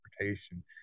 transportation